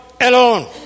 alone